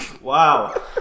Wow